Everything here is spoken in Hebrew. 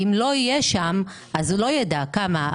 אם לא יהיה שם אז הוא לא יידע כמה,